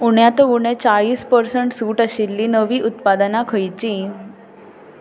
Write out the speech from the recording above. उण्यांत उणें चाळीस पर्सण्ट सूट आशिल्लीं नवीं उत्पादनां खंयचीं